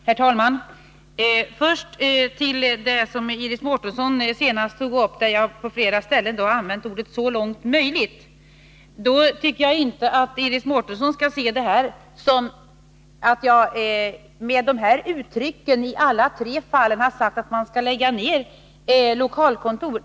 Herr talman! Iris Mårtensson tog upp till diskussion den omständigheten att jag på flera ställen använt orden ”så långt möjligt”. Jag tycker inte att Iris Mårtensson skall se detta som att jag därmed har sagt att man skall lägga ned lokalkontor.